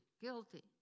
guilty